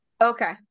Okay